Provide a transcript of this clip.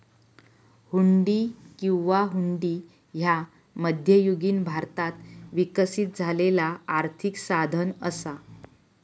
हुंडी किंवा हुंडी ह्या मध्ययुगीन भारतात विकसित झालेला आर्थिक साधन असा